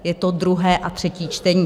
Je to druhé a třetí čtení.